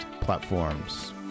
platforms